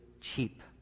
cheap